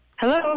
Hello